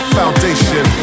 foundation